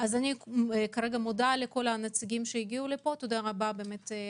אני מודה לכל הנציגים שהגיעו לדיון.